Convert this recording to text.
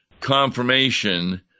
confirmation